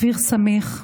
אוויר סמיך.